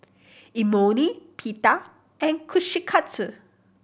Imoni Pita and Kushikatsu